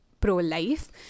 pro-life